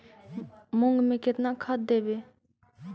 मुंग में केतना खाद देवे?